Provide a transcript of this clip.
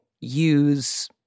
use